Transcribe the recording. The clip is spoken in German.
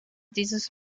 dieses